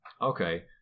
okay